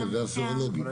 זה הסרולוגים.